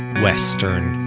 western,